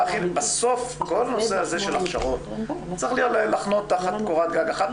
בסוף כל הנושא של הכשרות צריך לחנות תחת קורת גג אחת,